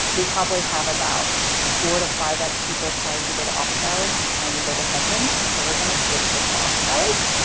we probably have about four to five x people trying to go to office hours than trying to go to sessions. so we're going to switch this to office hours.